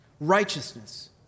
righteousness